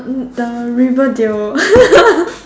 the Riverdale